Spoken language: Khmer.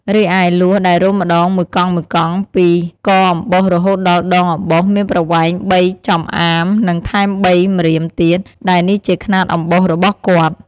រីឯ លួសដែលរុំម្តងមួយកង់ៗពី កអំបោសរហូតដល់ដងអំបោសមានប្រវែង៣ចំអាមនិងថែម៣ ម្រៀម ទៀត ដែលនេះជាខ្នាតអំបោសរបស់គាត់។